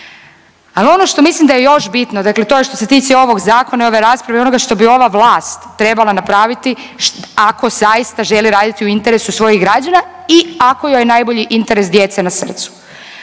Ali ono što mislim da je još bitno, dakle to je što se tiče i ovog Zakona i ove rasprave, onoga što bi ova vlast trebala napraviti ako zaista želi raditi u interesu svojih građana i ako joj je najbolji interes djece na srcu.